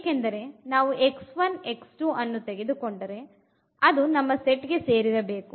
ಏಕೆಂದರೆ ನಾವು ಅನ್ನು ತೆಗೆದುಕೊಂಡರೆ ಅದು ನಮ್ಮ ಸೆಟ್ ಗೆ ಸೇರಿರಬೇಕು